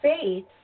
faith